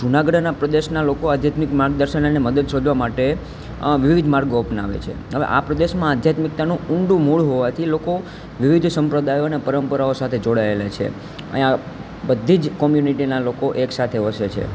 જૂનાગઢનાં પ્રદેશનાં લોકો આધ્યાત્મિક માર્ગદર્શન અને મદદ શોધવાં માટે વિવિધ માર્ગો અપનાવે છે હવે આ પ્રદેશમાં આધ્યાત્મિકતાનું ઊંડું મૂળ હોવાથી લોકો વિવિધ સંપ્રદાયો ને પરંપરાઓ સાથે જોડાયેલાં છે અહિયાં બધી જ કમ્યુનિટીનાં લોકો એક સાથે વસે છે